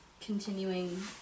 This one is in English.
continuing